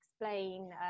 explain